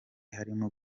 harimo